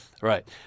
Right